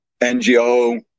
NGO